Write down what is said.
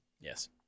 Yes